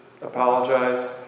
apologize